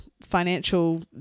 financial